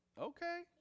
Okay